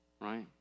right